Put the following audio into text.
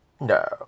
No